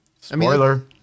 Spoiler